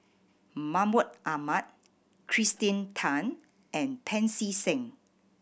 Mahmud Ahmad Kirsten Tan and Pancy Seng